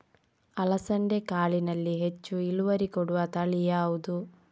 ಅಲಸಂದೆ ಕಾಳಿನಲ್ಲಿ ಹೆಚ್ಚು ಇಳುವರಿ ಕೊಡುವ ತಳಿ ಯಾವುದು?